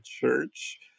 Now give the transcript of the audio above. church